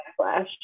backlash